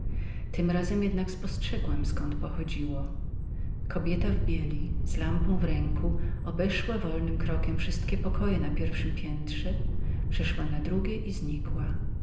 tym razem jednak spostrzegłem zkąd pochodziło kobieta w bieli z lampą w ręku obeszła wszystkie pokoje na pierwszem piętrze przeszła na drugie i znikła